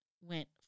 went